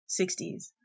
60s